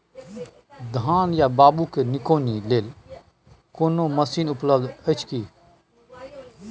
धान या बाबू के निकौनी लेल कोनो मसीन उपलब्ध अछि की?